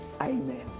Amen